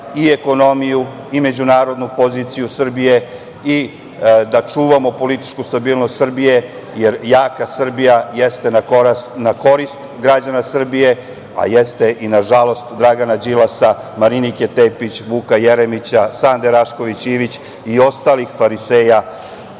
i ekonomiju i međunarodnu poziciju Srbije i da čuvamo političku stabilnost Srbije, jer jaka Srbija jeste na korist građana Srbije, a jeste i na žalost Dragana Đilasa, Marinike Tepić, Vuka Jeremića, Sande Rašković Ivić i ostalih fariseja